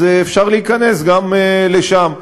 אז אפשר להיכנס גם לשם.